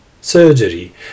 Surgery